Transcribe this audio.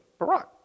Barack